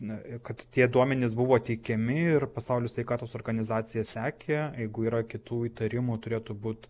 na kad tie duomenys buvo teikiami ir pasaulio sveikatos organizacija sekė jeigu yra kitų įtarimų turėtų būt